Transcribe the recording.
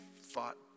fought